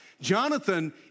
Jonathan